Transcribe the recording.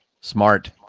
Smart